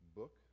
book